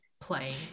playing